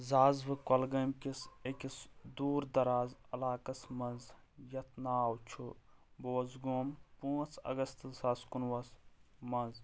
زاس بہٕ کۄلہٕ گامہِ کِس أکِس دوٗر دَراز علاقعَس منٛز یَتھ ناو چھُ بوز گوم پانٛژھ اَگست زٕ ساس کُنہٕ وُہَس منٛز